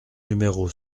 numéro